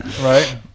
right